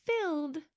filled